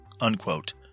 unquote